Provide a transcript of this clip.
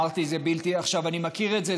אני מכיר את זה,